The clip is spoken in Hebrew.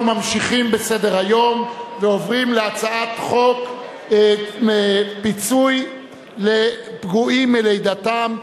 אנחנו ממשיכים בסדר-היום ועוברים להצעת חוק פיצוי לפגועים מלידתם,